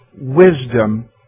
wisdom